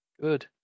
Good